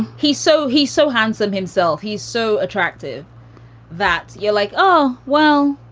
he's so he's so handsome himself. he's so attractive that you're like, oh, well,